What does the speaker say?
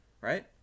right